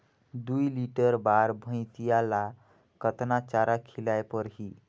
दुई लीटर बार भइंसिया ला कतना चारा खिलाय परही?